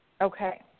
Okay